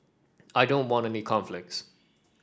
I don't want any conflicts